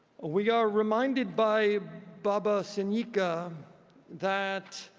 we are reminded by baba-sanucka that